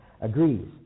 agrees